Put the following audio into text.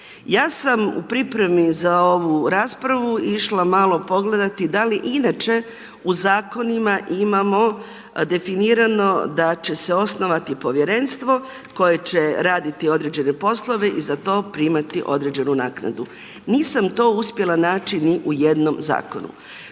Ja sam u pripremi za ovu raspravu išla malo pogledati da li inače u zakonima imamo definirano da će se osnovati povjerenstvo koje će raditi određene poslove i za to primati određenu naknadu. Nisam to uspjela naći ni u jednom zakonu.